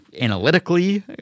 analytically